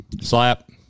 Slap